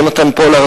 יונתן פולארד,